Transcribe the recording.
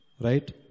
right